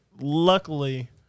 luckily